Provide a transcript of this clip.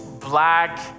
black